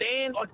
stand